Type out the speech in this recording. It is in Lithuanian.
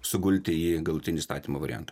sugulti į galutinį įstatymo variantą